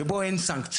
שבו אין סנקציות,